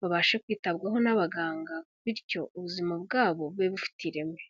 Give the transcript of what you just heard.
babashe kwitabwaho n'abaganga, bityo ubuzima bwabo bube bufite ireme.